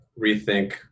rethink